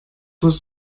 was